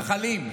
המתנחלים.